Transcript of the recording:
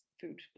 food